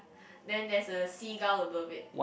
then there's a seagull above it